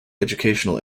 educational